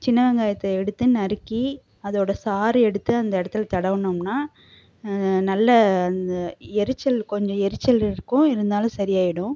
சின்ன வெங்காயத்தை எடுத்து நறுக்கி அதோடய சாறு எடுத்து அந்த இடத்துல தடவுனோம்னா நல்ல அந்த எரிச்சல் கொஞ்சம் எரிச்சல் இருக்கும் இருந்தாலும் சரியாகிடும்